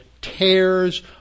tears